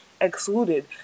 excluded